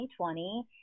2020